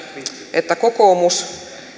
että kokoomus